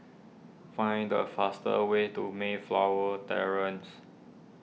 find the fastest way to Mayflower Terrace